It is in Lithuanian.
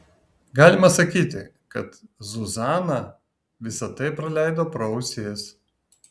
galima sakyti kad zuzana visa tai praleido pro ausis